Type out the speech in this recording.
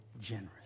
generous